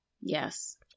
Yes